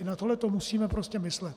I na tohle musíme prostě myslet.